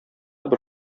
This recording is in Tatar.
бер